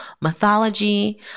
mythology